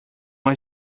uma